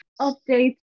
updates